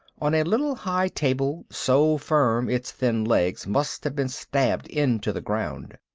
on a little high table so firm its thin legs must have been stabbed into the ground.